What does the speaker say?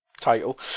title